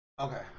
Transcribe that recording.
Okay